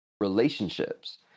relationships